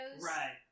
Right